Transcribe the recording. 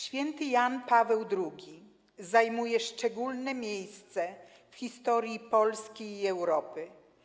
Święty Jan Paweł II zajmuje szczególne miejsce w historii Polski i Europy.